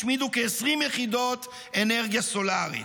והשמידו כ-20 יחידות אנרגיה סולרית.